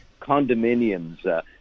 condominiums